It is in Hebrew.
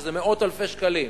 שזה מאות אלפי שקלים,